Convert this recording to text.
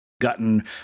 gotten